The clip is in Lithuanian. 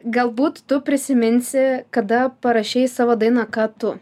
galbūt tu prisiminsi kada parašei savo dainą ką tu